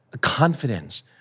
confidence